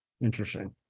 Interesting